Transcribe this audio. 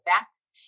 facts